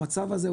במצב הזה,